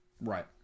Right